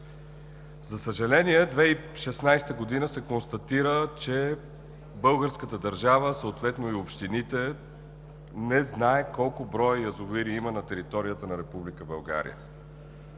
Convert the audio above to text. За съжаление, през 2016 г. се констатира, че българската държава, съответно и общините, не знае колко са язовирите на територията на